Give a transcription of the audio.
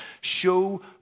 Show